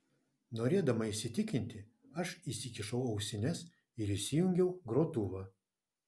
norėdama įsitikinti aš įsikišau ausines ir įsijungiau grotuvą